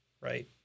right